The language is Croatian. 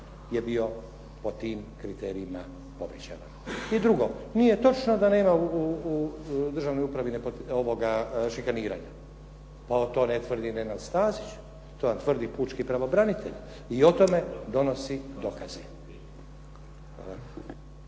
je bio po tim kriterijima povećan. I drugo, nije točno da nema u državnoj upravi šikaniranja. To ne tvrdi Nenad Stazić, to vam tvrdi pučki pravobranitelj i o tome donosi dokaze. Hvala.